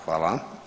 Hvala.